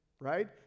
right